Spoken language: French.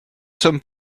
sommes